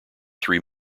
three